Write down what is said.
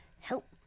help